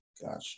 Gotcha